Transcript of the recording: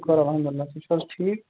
شُکر الحمدُللہ تُہۍ چھِو حظ ٹھیٖک